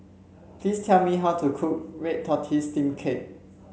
please tell me how to cook Red Tortoise Steamed Cake